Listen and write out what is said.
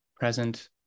Present